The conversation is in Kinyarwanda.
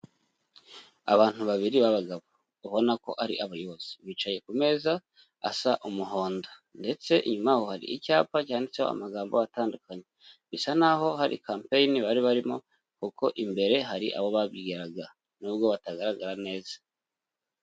Abantu babiri b'abagabo ubona ko ari abayobozi, bicaye ku meza asa umuhondo, ndetse inyuma yabo hari icyapa cyanditseho amagambo atandukanye, bisa n'aho hari kampeyini bari barimo kuko imbere hari abo babwiraga n'ubwo batagaragara neza.